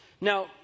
Now